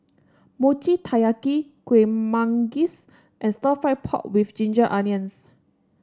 Mochi Taiyaki Kuih Manggis and Stir Fried Pork with Ginger Onions